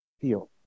Feel